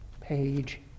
page